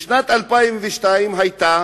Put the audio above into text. בשנת 2002 היתה